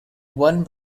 one